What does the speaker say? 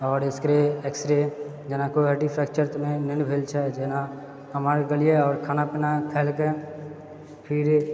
आओर X ray जेना कोइ हड्डी फ्रेक्चर तऽ नहि ने भेल छै जेना हमरा आरके गेलिऐ आओर खाना पीना खेलकै फिर